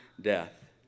death